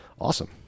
awesome